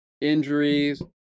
injuries